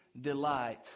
delight